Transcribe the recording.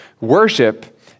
Worship